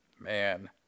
Man